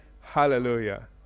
Hallelujah